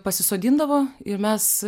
pasisodindavo ir mes